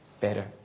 better